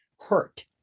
hurt